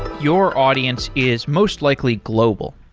your audience is most likely global.